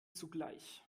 zugleich